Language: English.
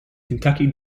kentucky